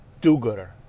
do-gooder